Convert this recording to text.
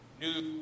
new